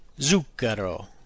Zucchero